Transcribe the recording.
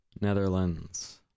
Netherlands